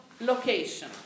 location